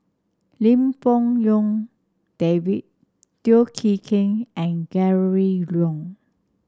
Lim Fong Jock David Teo Chee Hean and Gregory Yong